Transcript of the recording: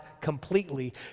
completely